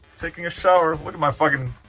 taking a shower. look at my fucking.